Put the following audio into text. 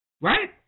Right